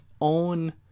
own